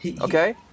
Okay